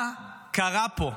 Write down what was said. מה קרה פה?